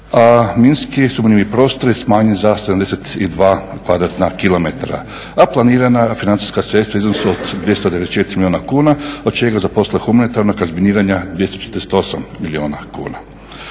a minski sumnjivi prostori smanjeni za 72 kvadratna kilometra, a planirana financijska sredstva u iznosu od 294 milijuna kuna od čega za poslove humanitarnog razminiranja 248 milijuna kuna.